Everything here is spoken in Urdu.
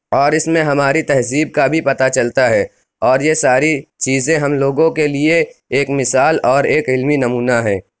اور اِس میں ہماری تہذیب کا بھی پتا چلتا ہے اور یہ ساری چیزیں ہم لوگوں کے لیے ایک مِثال اور ایک علمی نمونہ ہے